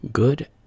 Good